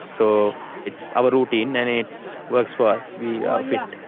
so it's our routine and it works for us. we are fit. a